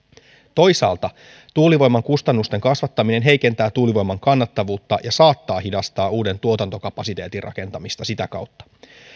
toisaalta tuulivoiman kustannusten kasvattaminen heikentää tuulivoiman kannattavuutta ja saattaa hidastaa uuden tuotantokapasiteetin rakentamista sitä kautta